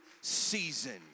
season